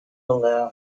allow